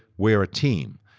weaeurre a team.